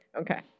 Okay